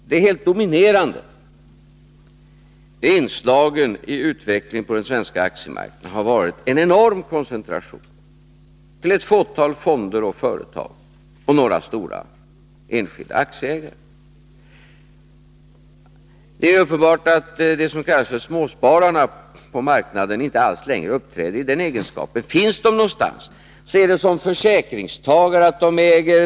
De helt dominerande inslagen i utvecklingen på den svenska aktiemarknaden har varit en enorm koncentration till ett fåtal fonder, företag och några stora enskilda aktieägare. Det är uppenbart att de som kallas för småspararna på marknaden inte alls längre uppträder i den egenskapen. Finns de någonstans är det som försäkringstagare eller fonddelägare.